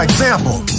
example